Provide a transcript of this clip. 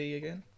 again